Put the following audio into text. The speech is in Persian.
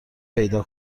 پیدا